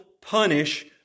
punish